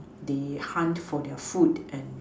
they hunt for their food and